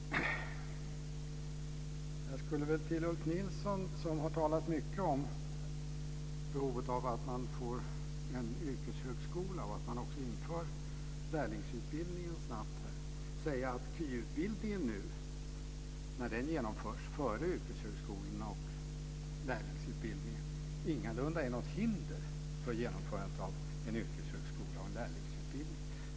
Jag skulle vilja till Ulf Nilsson, som har talat mycket om behovet av en yrkeshögskola och av att snabbt införa en lärlingsutbildning, säga att när KY nu genomförs före yrkeshögskolorna och lärlingsutbildningen ingalunda är något hinder för genomförandet av en yrkeshögskola och en lärlingsutbildning.